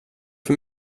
för